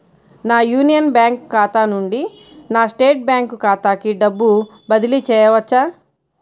నా union bank ఖాతా నుండి నా స్టేట్ బ్యాంకు ఖాతాకి డబ్బు బదిలి చేయవచ్చా?